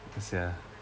sia